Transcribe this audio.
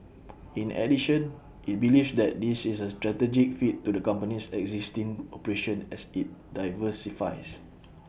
in addition IT believes that this is A strategic fit to the company's existing operation as IT diversifies